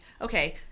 okay